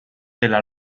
della